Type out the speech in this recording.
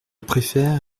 préfère